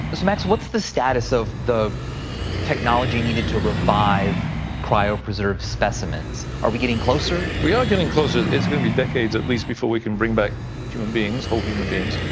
max, what's the status of the technology needed to revive cryo preserve specimens? are we getting closer? we are getting closer, it's gonna be decades at least before we can bring back human beings whole human beings.